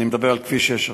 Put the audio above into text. אני מדבר על כביש 6 עכשיו,